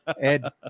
Ed